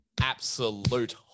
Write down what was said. absolute